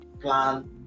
plan